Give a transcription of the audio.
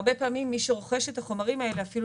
הרבה פעמים מי שרוכש את החומרים האלה אפילו